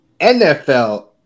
NFL